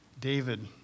David